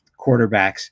quarterbacks